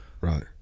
Right